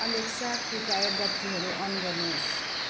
Alexa कृपया बत्तीहरू on गर्नुहोस्